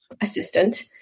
assistant